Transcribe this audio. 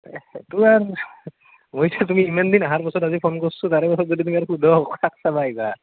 তোহাৰ মই ভাবছোঁ তুমি ইমান দিন অহাৰ পিছত আজি ফোন কৰছো তাৰে পিছত তুমি যদি শুধ কাক চাবা আহিবা